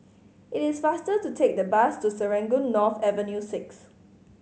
it is faster to take the bus to Serangoon North Avenue Six